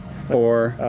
four,